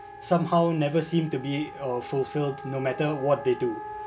somehow never seem to be uh fulfilled no matter what they do